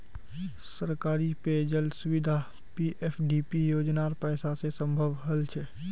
सरकारी पेय जल सुविधा पीएफडीपी योजनार पैसा स संभव हल छ